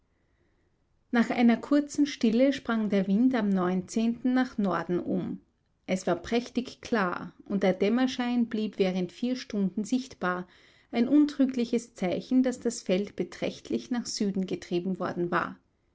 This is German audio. nach einer kurzen stille sprang der wind am neunten nach norden um es war prächtig klar und der dämmerschein blieb während vier stunden sichtbar ein untrügliches zeichen daß das feld beträchtlich nach süden getrieben worden war